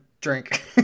drink